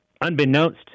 Unbeknownst